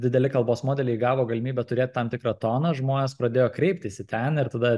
dideli kalbos modeliai gavo galimybę turėt tam tikrą toną žmonės pradėjo kreiptis į ten ir tada